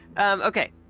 Okay